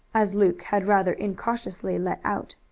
as luke had rather incautiously let out.